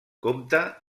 compta